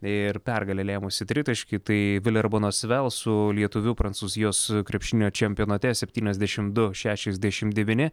ir pergalę lėmusį tritaškį tai vilerbano svel su lietuviu prancūzijos krepšinio čempionate septyniasdešimt du šešiasdešimt devyni